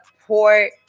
support